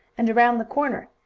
and around the corner.